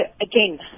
again